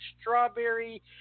strawberry